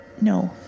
No